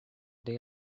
they